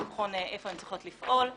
לבחון איפה הן צריכות לפעול וכדומה.